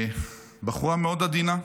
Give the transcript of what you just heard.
בחורה מאוד עדינה.